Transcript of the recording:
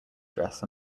dress